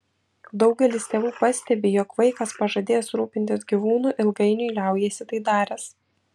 daugelis tėvų pastebi jog vaikas pažadėjęs rūpintis gyvūnu ilgainiui liaujasi tai daręs